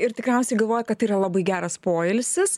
ir tikriausiai galvoja kad tai yra labai geras poilsis